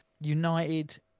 United